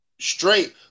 Straight